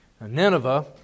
Nineveh